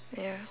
ya